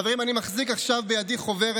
חברים, אני מחזיק עכשיו בידי חוברת.